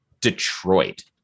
Detroit